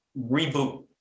reboot